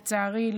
לצערי,